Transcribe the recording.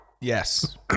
Yes